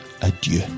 adieu